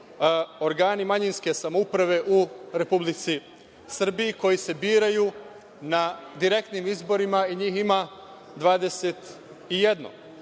organi manjinske samouprave u Republici Srbiji koji se biraju na direktnim izborima i njih ima 21.